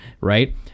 right